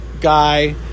guy